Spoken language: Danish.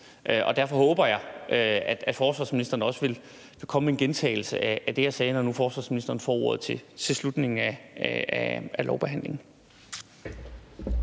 og derfor håber jeg også, at forsvarsministeren også vil komme med en gentagelse af det, jeg sagde, når nu forsvarsministeren får ordet ved slutningen af lovbehandlingen.